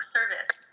Service